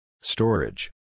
Storage